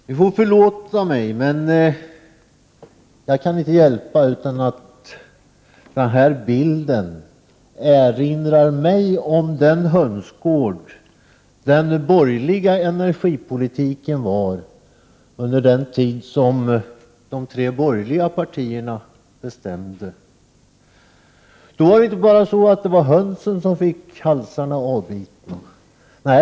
Ni får förlåta mig, men jag kan inte hjälpa att den här bilden erinrar mig om den hönsgård där den borgerliga energipolitiken utspelades under den tid som de tre borgerliga partierna bestämde. Då var det inte bara hönsen som fick halsarna avbitna.